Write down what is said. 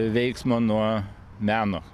veiksmo nuo meno